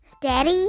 Daddy